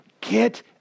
Get